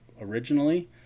originally